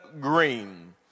green